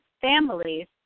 families